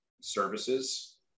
services